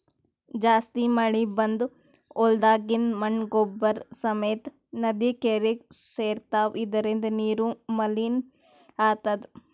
ಜಾಸ್ತಿ ಮಳಿ ಬಂದ್ ಹೊಲ್ದಾಗಿಂದ್ ಮಣ್ಣ್ ಗೊಬ್ಬರ್ ಸಮೇತ್ ನದಿ ಕೆರೀಗಿ ಸೇರ್ತವ್ ಇದರಿಂದ ನೀರು ಮಲಿನ್ ಆತದ್